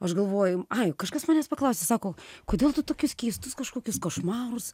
aš galvoju ai kažkas manęs paklausė sako kodėl tu tokius keistus kažkokius košmarus